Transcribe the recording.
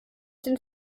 den